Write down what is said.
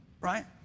Right